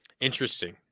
Interesting